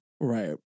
Right